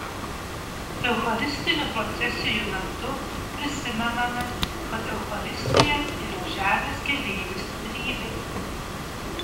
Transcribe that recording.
eucharistinių procesijų metu prisimename kad eucharistija yra žemės keleivių stiprybė